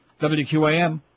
WQAM